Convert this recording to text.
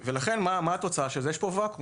לכן התוצאה של זה היא שיש פה ואקום,